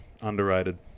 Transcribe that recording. underrated